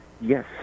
Yes